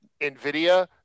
NVIDIA